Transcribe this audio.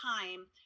time